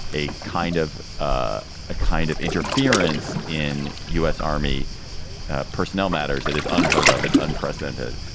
a kind of ah a kind of interference in u s. army personnel matters, that is unheard of. it's unprecedented.